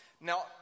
Now